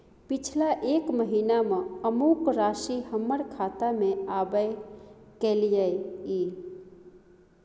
पिछला एक महीना म अमुक राशि हमर खाता में आबय कैलियै इ?